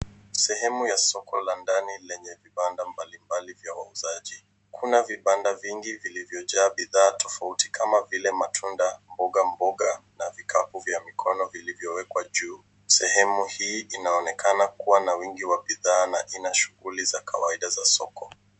Sehemu ya soko la ndani lenye vibanda mbalimbali vya wauzaji, kuna vibanda vingi vilivyojaa bidhaa tofauti kama vile matunda, mbogamboga na vikapu vya mikono vilivyowekwa juu. Sehemu hii inaonekana kuwa na wingi wa bidhaa na ina shughuli za kawaida za soko.